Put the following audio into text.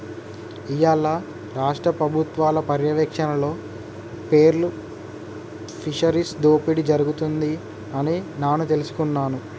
ఇయ్యాల రాష్ట్ర పబుత్వాల పర్యారక్షణలో పేర్ల్ ఫిషరీస్ దోపిడి జరుగుతుంది అని నాను తెలుసుకున్నాను